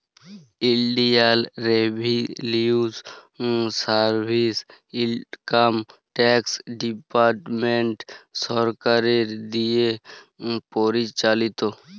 ইলডিয়াল revenue service income tax department সরকারের দিঁয়ে পরিচালিত